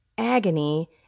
agony